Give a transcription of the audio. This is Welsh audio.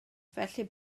felly